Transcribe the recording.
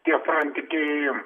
tie santykiai